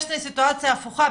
יש לי סיטואציה הפוכה,